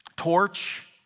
torch